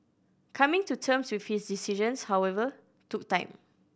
coming to terms with his decisions however took time